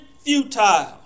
futile